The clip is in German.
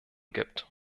gibt